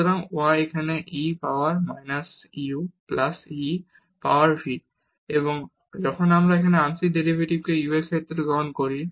সুতরাং y এখানে e power minus u plus e power v এবং যখন আমরা এখানে আংশিক ডেরিভেটিভকে u এর ক্ষেত্রে গ্রহণ করি